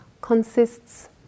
consists